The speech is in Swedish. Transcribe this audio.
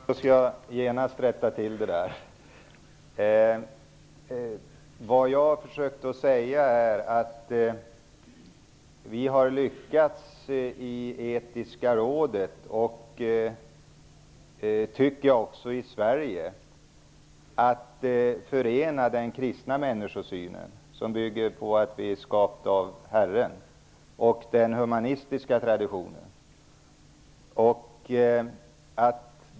Fru talman! Jag skall genast rätta till det. Vad jag försökte säga var att vi har lyckats, i det etiska rådet och också i Sverige, att förena den kristna människosynen, som bygger på att vi är skapade av Herren, och den humanistiska traditionen.